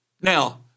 Now